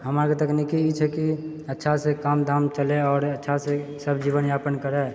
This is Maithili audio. हमरा आरके तकनीकी ई छै कि अच्छा से काम धाम चलै आओर अच्छा से सब जीवनयापन करै